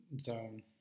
zone